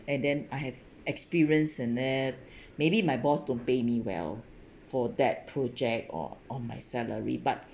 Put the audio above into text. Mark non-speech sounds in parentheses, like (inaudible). and then I have experience and that (breath) maybe my boss don't pay me well for that project or on my salary but